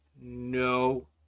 No